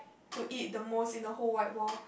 to eat the most in the whole wide world